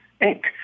ink